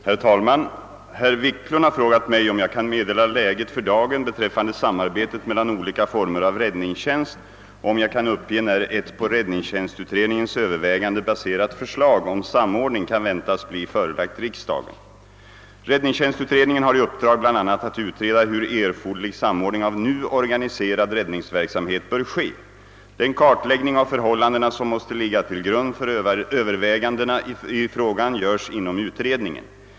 Herr talman! Herr Wiklund i Härnösand har frågat mig, om jag kan meddela läget för dagen beträffande samarbetet "mellan olika former av räddningstjänst och om jag kan uppge när ett på :räddningstjänstutredningens överväganden baserat förslag om samordning kan väntas bli förelagt riksdagen. Räddningstjänstutredningen har i uppdrag bl.a. att utreda hur erforderlig samordning av nu organiserad räddningsverksamhet bör ske. Den kartläggning av förhållandena som måste ligga till grund för övervägandena i frågan görs inom utredningen.